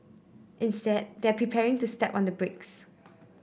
instead they're prepared to step on the brakes